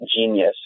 genius